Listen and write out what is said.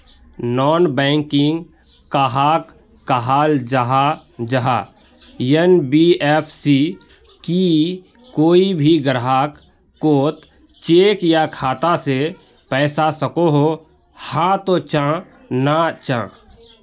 Non banking कहाक कहाल जाहा जाहा एन.बी.एफ.सी की कोई भी ग्राहक कोत चेक या खाता से पैसा सकोहो, हाँ तो चाँ ना चाँ?